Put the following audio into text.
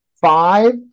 five